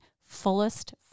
fullest